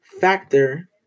factor